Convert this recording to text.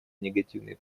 негативные